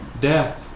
Death